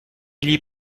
gli